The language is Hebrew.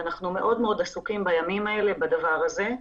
אנחנו מאוד עסוקים בימים האלה, בדבר הזה.